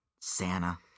Santa